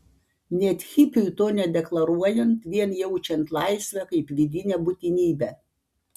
net hipiui to nedeklaruojant vien jaučiant laisvę kaip vidinę būtinybę